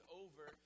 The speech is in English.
over